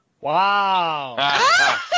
Wow